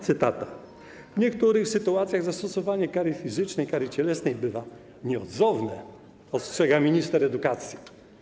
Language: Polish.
Cytata: W niektórych sytuacjach zastosowanie kary fizycznej, kary cielesnej bywa nieodzowne - ostrzega minister edukacji.